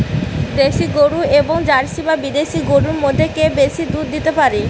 দেশী গরু এবং জার্সি বা বিদেশি গরু মধ্যে কে বেশি দুধ দিতে পারে?